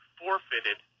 forfeited